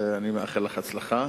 ואני מאחל לך הצלחה.